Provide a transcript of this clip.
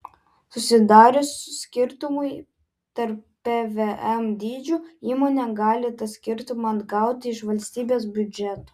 susidarius skirtumui tarp pvm dydžių įmonė gali tą skirtumą atgauti iš valstybės biudžeto